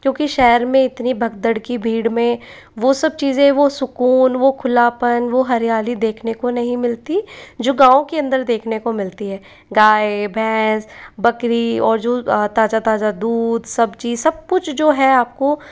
क्योंकि शहर में इतनी भगदड़ की भीड़ में वो सब चीज़ें वो सुकून वो खुलापन वो हरियाली देखने को नहीं मिलती जो गाँव के अंदर देखने को मिलती है गाय भैंस बकरी और जो ताजा ताजा दूध सब्जी सब कुछ जो है आपको